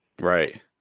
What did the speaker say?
Right